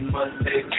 Monday